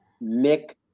Nick